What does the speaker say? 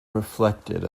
reflected